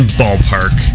ballpark